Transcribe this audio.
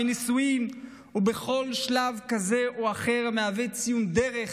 בנישואים או בכל שלב כזה או אחר המהווה ציון דרך